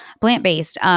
plant-based